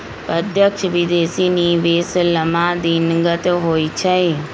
प्रत्यक्ष विदेशी निवेश लम्मा दिनगत होइ छइ